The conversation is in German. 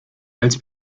als